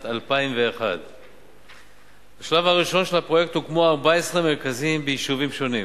2001. בשלב הראשון של הפרויקט הוקמו 14 מרכזים ביישובים שונים.